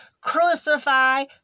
Crucify